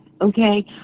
okay